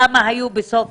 כמה היו בסוף